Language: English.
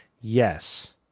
Yes